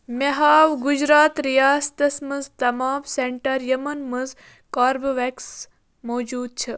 مےٚ ہاو گُجرات رِیاستس مَنٛز تمام سینٹر یِمَن منٛز کوربویٚکس موٗجوٗد چھِ